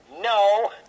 no